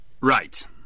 Right